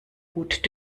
gut